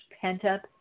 pent-up